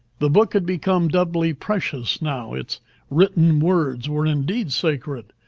the book had become doubly precious now! its written words were indeed sacred,